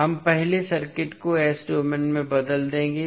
हम पहले सर्किट को S डोमेन में बदल देंगे